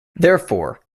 therefore